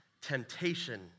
temptation